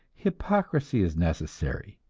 hypocrisy is necessary.